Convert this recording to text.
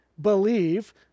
believe